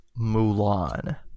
Mulan